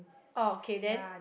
orh K then